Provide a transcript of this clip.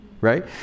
right